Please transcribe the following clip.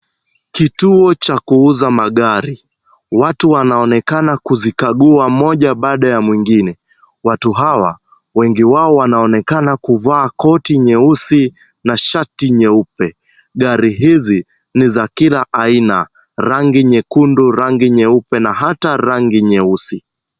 Kituo cha kuuza magari. Watu wanaonekana kuzikagua moja baada ya mwingine. Watu hawa, wengi wao wanaonekana kuvaa koti nyeusi na shati nyeupe. Gari hizi ni za kila aina, rangi nyekundu, rangi nyeupe na hata rangi nyeusi.